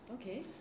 Okay